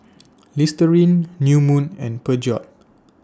Listerine New Moon and Peugeot